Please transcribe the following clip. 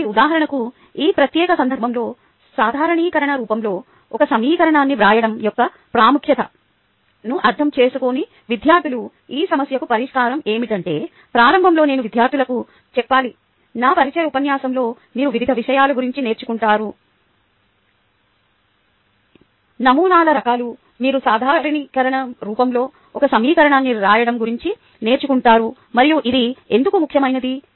కాబట్టి ఉదాహరణకు ఈ ప్రత్యేక సందర్భంలో సాధారణీకరణ రూపంలో ఒక సమీకరణాన్ని వ్రాయడం యొక్క ప్రాముఖ్యతను అర్థం చేసుకోని విద్యార్థుల ఈ సమస్యకు పరిష్కారం ఏమిటంటే ప్రారంభంలో నేను విద్యార్థులకు చెప్పాలి నా పరిచయ ఉపన్యాసంలో మీరు వివిధ విషయాల గురించి నేర్చుకుంటారు నమూనాల రకాలు మీరు సాధారణీకరణ రూపంలో ఒక సమీకరణాన్ని రాయడం గురించి నేర్చుకుంటారు మరియు ఇది ఎందుకు ముఖ్యమైనది